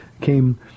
came